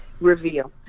Reveal